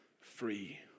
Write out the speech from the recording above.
free